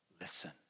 listen